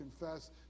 confess